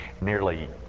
nearly